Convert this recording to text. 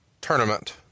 tournament